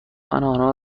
آنها